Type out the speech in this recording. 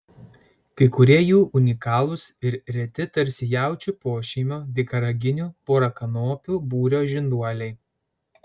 kai kurie jų unikalūs ir reti tarsi jaučių pošeimio dykaraginių porakanopių būrio žinduoliai